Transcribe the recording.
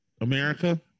America